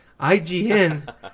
IGN